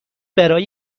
برای